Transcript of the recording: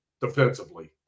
Defensively